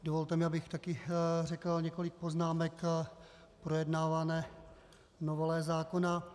Dovolte mi, abych také řekl několik poznámek k projednávané novele zákona.